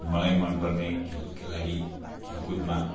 मलाई मनपर्ने खेल खेलाडी खेलकुदमा